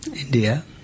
India